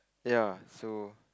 ya so